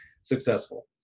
successful